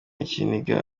ikiniga